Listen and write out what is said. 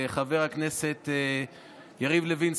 לחבר הכנסת יריב לוין,